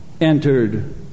entered